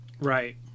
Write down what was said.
Right